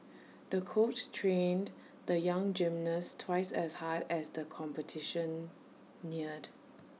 the coach trained the young gymnast twice as hard as the competition neared